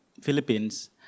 Philippines